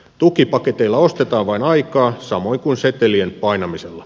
tukipaketeilla ostetaan vain aikaa samoin kuin setelien painamisella